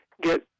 get